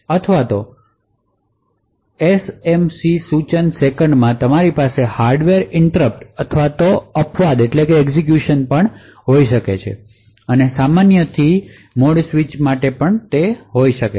બીજું તમારી પાસે આ સામાન્યથી મોડ્સથી સ્વિચ કરવા માટે હાર્ડવેર ઇન્ટૃરપટ અથવા અપવાદો પણ હોઈ શકે છે